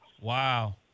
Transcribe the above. Wow